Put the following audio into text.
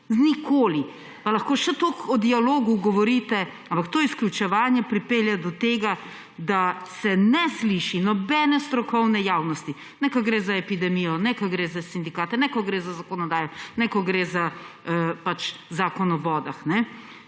Nikoli. Pa lahko še toliko o dialogu govorite, ampak to izključevanje pripelje do tega, da se ne sliši nobene strokovne javnosti, ne ko gre za epidemijo, ne ko gre za sindikate, ne ko gre za zakonodajo, ne ko gre za Zakon o vodah.